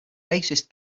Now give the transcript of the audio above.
bassist